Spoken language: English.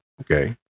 Okay